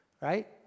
right